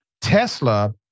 Tesla